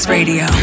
Radio